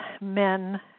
men